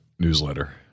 Newsletter